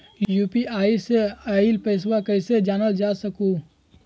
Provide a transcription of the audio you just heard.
UPI से आईल पैसा कईसे जानल जा सकहु?